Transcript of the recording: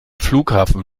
flughafen